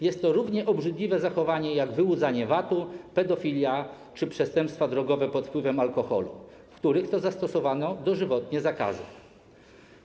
Jest to równie obrzydliwe zachowanie jak wyłudzanie VAT-u, pedofilia czy przestępstwa drogowe pod wpływem alkoholu, w których to zastosowano dożywotnie zakazy.